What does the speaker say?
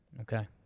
Okay